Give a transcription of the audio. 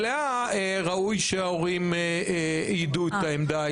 מלאה, ראוי שההורים יידעו את העמדה ההלכתית.